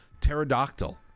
Pterodactyl